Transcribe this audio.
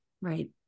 Right